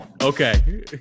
Okay